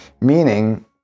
Meaning